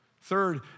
Third